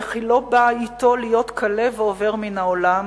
וכי לא באה עתו להיות כלה ועובר מן העולם,